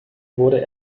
wurde